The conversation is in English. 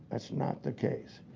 that's not the case.